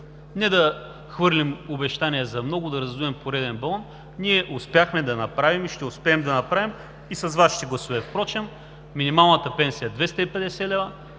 Не да хвърлим обещания за много, да раздуем пореден балон – ние успяхме да направим и ще успеем да направим, и с Вашите гласове впрочем, минималната пенсия 250 лв.